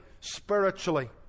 spiritually